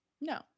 no